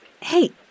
Hey